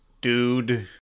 dude